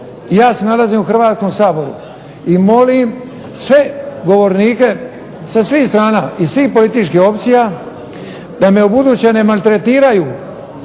Ja se nalazim u Hrvatskom saboru i molim sve govornike sa svih strana iz svih političkih opcija da me ubuduće na maltretiraju